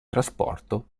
trasporto